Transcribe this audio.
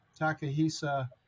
Takahisa